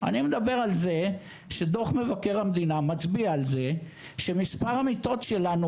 אני מדבר על זה שדוח מבקר המדינה מצביע על זה שמספר המיטות שלנו